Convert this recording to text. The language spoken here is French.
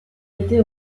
été